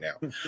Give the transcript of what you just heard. now